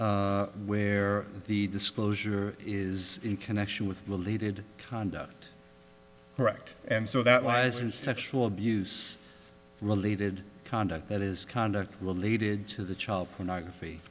where the disclosure is in connection with related conduct correct and so that wasn't sexual abuse related conduct that is conduct related to the child pornography